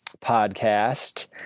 podcast